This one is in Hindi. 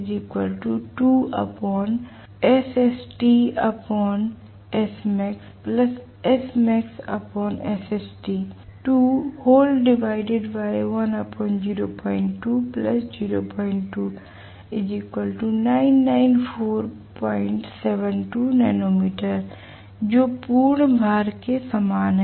जो पूर्ण भार के समान है